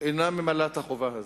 אינה ממלאת את החובה הזאת,